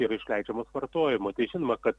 yra išleidžiamos vartojimo tai žinoma kad